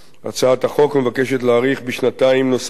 הצעת החוק מבקשת להאריך בשנתיים נוספות